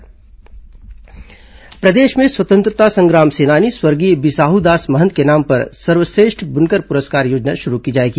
बुनकर पुरस्कार प्रदेश में स्वतंत्रता संग्राम सेनानी स्वर्गीय बिसाहू दास महंत के नाम पर सर्वश्रेष्ठ बुनकर पुरस्कार योजना शुरू की जाएगी